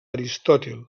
aristòtil